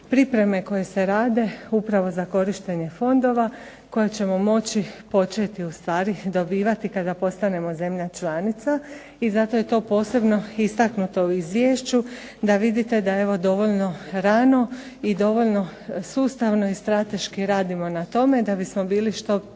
pripreme koje se rade upravo za korištenje fondova koje ćemo moći početi u stvari dobivati kada postanemo zemlja članica i zato je to posebno istaknuto u izvješću da vidite da evo dovoljno rano i dovoljno sustavno i strateški radimo na tome da bismo bili što pripremljeniji